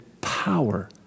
power